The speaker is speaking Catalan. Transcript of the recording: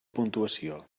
puntuació